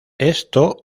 esto